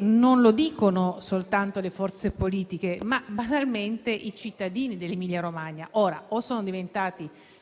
Non lo dicono soltanto le forze politiche, ma banalmente i cittadini dell'Emilia-Romagna. Forse sono diventati tutti